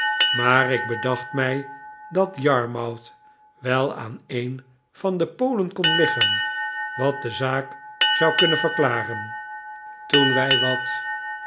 maar ik bedacht mij dat yarmouth wel aan een van de polen kon liggen wat de zaak zou kunnen verklaren toen wij wat